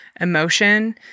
emotion